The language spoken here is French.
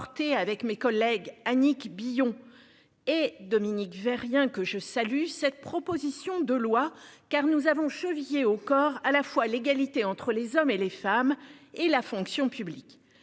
avec mes collègues Annick Billon et Dominique Vérien que je salue cette proposition de loi car nous avons chevillée au corps, à la fois l'égalité entre les hommes et les femmes et la fonction publique.